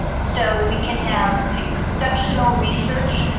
so we can have exceptional research,